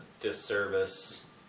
disservice